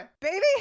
baby